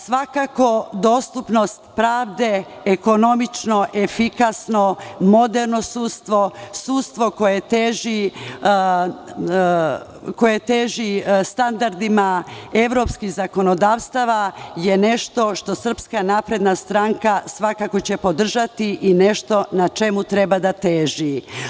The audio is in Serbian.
Svakako dostupnost pravde, ekonomično, efikasno, moderno sudstvo, sudstvo koje teži standardima evropskih zakonodavstava je nešto što će SNS svakako podržati i to je nešto na čemu treba da teži.